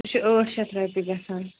سُہ چھِ ٲٹھ شَتھ رۄپیہِ گژھان